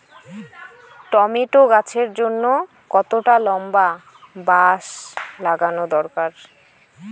Tomato গাছের জন্যে কতটা লম্বা বাস লাগানো দরকার?